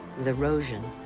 with erosion,